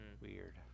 Weird